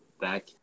back